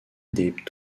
des